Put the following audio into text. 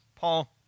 Paul